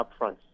upfront